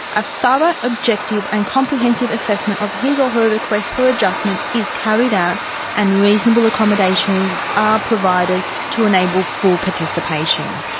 a thorough ah objective and comprehensive assessment of his or her request for adjustment is carried out and reasonable accommodations are provided to enable full participation.